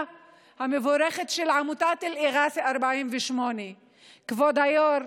המבורכת של עמותת אל-איראסי 48. כבוד היו"ר,